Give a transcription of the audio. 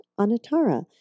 anatara